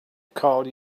call